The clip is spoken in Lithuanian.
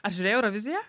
ar žiūrėjai euroviziją